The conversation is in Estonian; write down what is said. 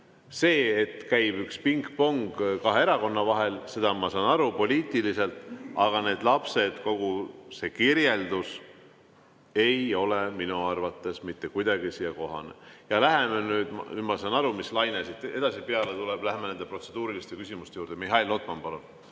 Sellest, et käib üks pingpong kahe erakonna vahel, ma saan poliitiliselt aru. Aga need lapsed, kogu see kirjeldus ei ole minu arvates mitte kuidagi siin kohane. Läheme nüüd – ma saan aru, mis laine siit edasi peale tuleb – nende protseduuriliste küsimuste juurde. Mihhail Lotman, palun!